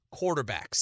quarterbacks